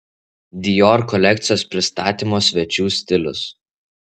dior kolekcijos pristatymo svečių stilius